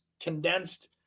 condensed